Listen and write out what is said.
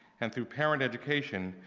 and through parent education,